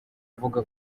avuga